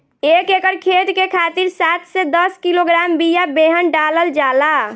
एक एकर खेत के खातिर सात से दस किलोग्राम बिया बेहन डालल जाला?